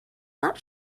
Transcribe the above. not